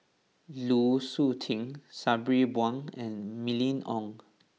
Lu Suitin Sabri Buang and Mylene Ong